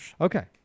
Okay